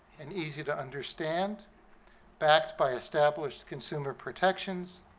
and easy-to-understand, backed by established consumer protections,